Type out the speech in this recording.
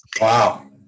Wow